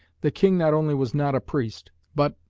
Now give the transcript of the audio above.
the king not only was not a priest, but,